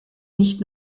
nicht